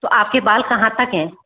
तो आपके बाल कहाँ तक है